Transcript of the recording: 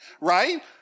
right